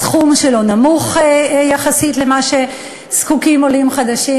הסכום שלו נמוך יחסית למה שזקוקים עולים חדשים.